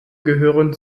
gehörten